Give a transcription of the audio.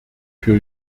für